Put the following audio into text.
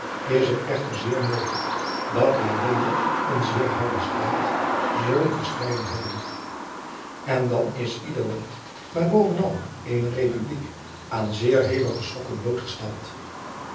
is het echter zeer mogelijk dat wij weder een zeer harden strijd zullen te strijden hebben en dan is ieder land maar bovenal eene republiek aan zeer hevige schokken blootgesteld